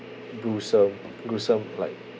gruesome gruesome like